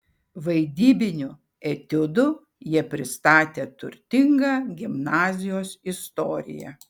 vaidybiniu etiudu jie pristatė turtingą gimnazijos istoriją